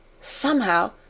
Somehow